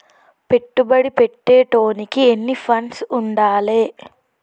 పెట్టుబడి పెట్టేటోనికి ఎన్ని ఫండ్స్ ఉండాలే?